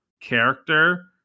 character